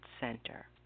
center